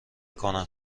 کنم